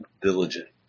Diligent